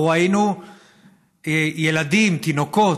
אנחנו ראינו ילדים, תינוקות,